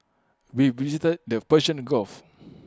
we visited the Persian gulf